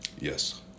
Yes